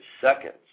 seconds